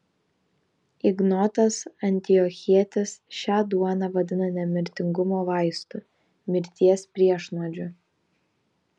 ignotas antiochietis šią duoną vadina nemirtingumo vaistu mirties priešnuodžiu